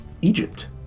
Egypt